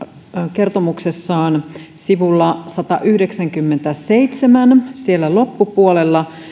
kertomuksessaan sivulla satayhdeksänkymmentäseitsemän siellä loppupuolella